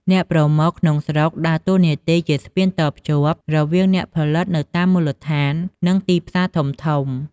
អ្នកប្រមូលក្នុងស្រុកដើរតួនាទីជា ស្ពានតភ្ជាប់ រវាងអ្នកផលិតនៅតាមមូលដ្ឋាន និងទីផ្សារធំៗ។